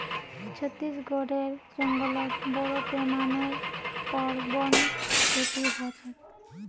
छत्तीसगढेर जंगलत बोरो पैमानार पर वन खेती ह छेक